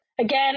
again